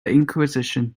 inquisition